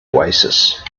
oasis